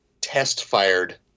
test-fired